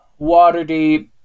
Waterdeep